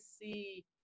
see